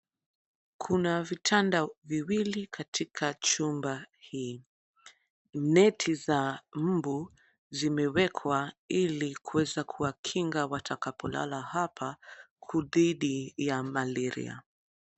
Kuna vitanda viwili katika chumba hii. Neti za mbu zimewekwa ili kuweza kuwakinga watakapolala hapa dhidi ya malaria.